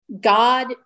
God